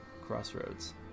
crossroads